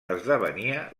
esdevenia